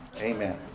Amen